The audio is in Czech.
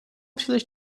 příliš